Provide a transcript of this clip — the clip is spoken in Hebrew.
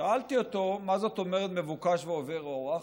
שאלתי אותו: מה זאת אומרת מבוקש ועובר אורח?